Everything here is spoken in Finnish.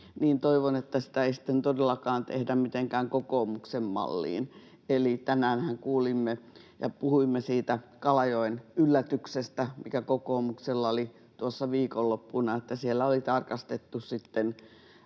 niin sitä ei sitten todellakaan tehdä mitenkään kokoomuksen malliin. Eli tänäänhän kuulimme ja puhuimme siitä Kalajoen yllätyksestä, mikä kokoomuksella oli tuossa viikonloppuna, että siellä oli tarkastettu sitten